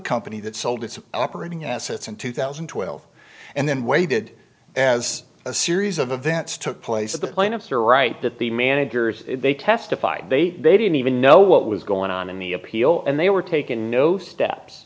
company that sold its operating assets in two thousand and twelve and then waited as a series of events took place that the plaintiffs are right that the managers they testified they they didn't even know what was going on in the appeal and they were taken no steps